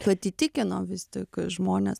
kad įtikino vis tik žmones